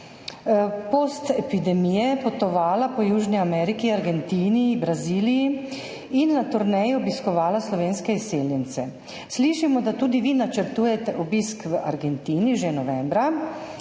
postepidemije potovala po Južni Ameriki, Argentini, Braziliji in na turneji obiskovala slovenske izseljence. Slišimo, da tudi vi načrtujete obisk v Argentino že novembra.